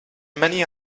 many